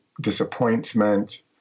disappointment